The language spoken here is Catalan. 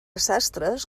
sastres